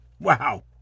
Wow